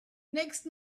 next